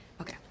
okay